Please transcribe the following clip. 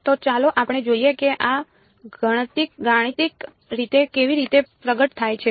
તો ચાલો આપણે જોઈએ કે આ ગાણિતિક રીતે કેવી રીતે પ્રગટ થાય છે